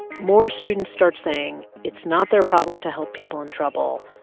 more students start saying it's not their problem to help people in trouble,